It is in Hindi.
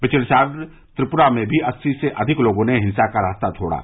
पिछले साल त्रिप्रा में भी अस्सी से अधिक लोगों ने हिंसा का रास्ता छोड़ा